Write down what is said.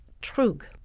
trug